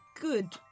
Good